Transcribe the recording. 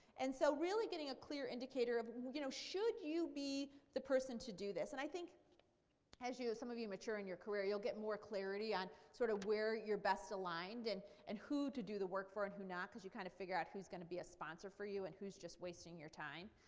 and so really getting a clear indicator of you know should you be the person to do this? and i think as some of you mature in your career you'll get more clarity on sort of where you're best aligned and and who to do the work for and who not to. you kind of figure out who is going to be a sponsor for you and who is just wasting your time.